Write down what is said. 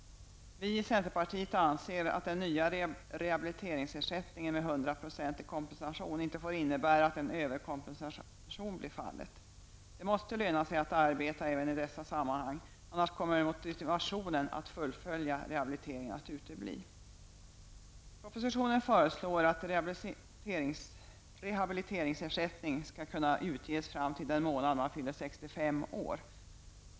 Vi i centerpartiet anser att den nya rehabiliteringsersättningen med 100 procentig kompensation inte får innebära att en överkompensation kommer till stånd. Det måste löna sig att arbeta även i dessa sammanhang annars kommer motivationen att fullfölja rehabiliteringen att utebli. I propositionen föreslås att rehabiliteringsersättning skall kunna utges fram till den månad man fyller 65 år.